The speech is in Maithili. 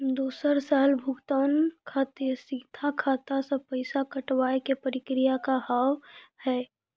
दोसर साल भुगतान खातिर सीधा खाता से पैसा कटवाए के प्रक्रिया का हाव हई?